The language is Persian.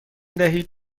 دهید